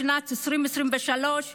בשנת 2023 מספרנו,